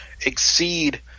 exceed